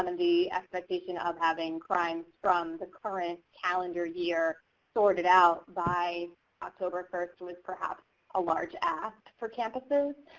and and the expectation of having crimes from the current calendar year sorted out by october first was perhaps a large ask for campuses.